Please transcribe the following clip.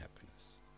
happiness